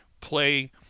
play